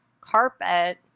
carpet